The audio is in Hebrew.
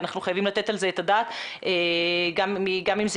ואנחנו חייבים לתת על זה את הדעת גם אם זה